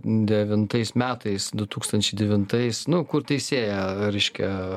devintais metais du tūkstančiai devintais nu kur teisėją reiškia